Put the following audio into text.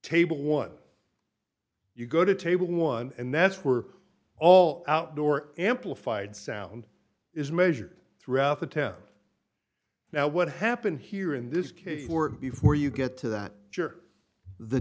table what you go to table one and that's were all outdoor amplified sound is measured throughout the test now what happened here in this case or before you get to that year the